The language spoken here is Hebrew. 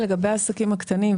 לגבי העסקים הקטנים,